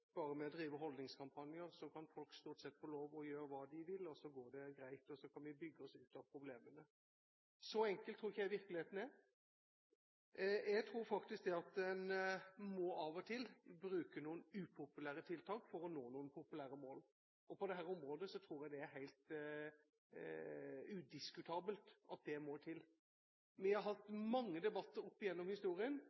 bare vi driver holdningskampanjer, kan folk stort sett få lov til å gjøre hva de vil, så går det greit, og så kan vi bygge oss ut av problemene. Så enkel tror jeg ikke virkeligheten er. Jeg tror faktisk at man av og til må bruke noen upopulære tiltak for å nå noen populære mål. På dette området tror jeg det er helt udiskutabelt at det må til. Vi har hatt